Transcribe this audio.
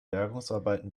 bergungsarbeiten